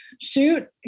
shoot